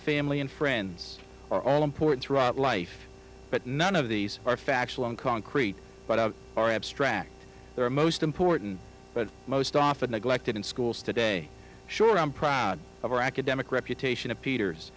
family and friends are all important throughout life but none of these are factual and concrete but are abstract or most important but most often neglected in schools today sure i'm proud of our academic reputation of peters